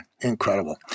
Incredible